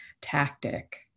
tactic